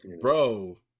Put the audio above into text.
bro